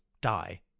die